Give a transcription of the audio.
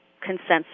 consensus